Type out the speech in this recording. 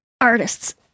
artists